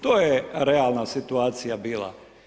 To je realna situacija bila.